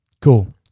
cool